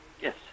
Yes